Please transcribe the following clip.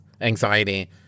anxiety